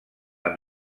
amb